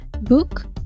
book